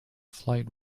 flight